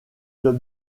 club